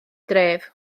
dref